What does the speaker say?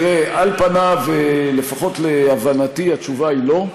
תראה, על פניו, לפחות להבנתי, התשובה היא לא.